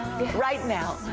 right now.